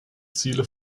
ziele